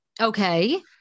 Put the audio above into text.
Okay